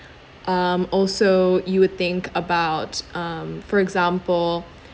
um also you would think about um for example